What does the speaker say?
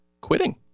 quitting